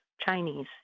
Chinese